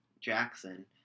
Jackson